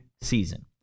season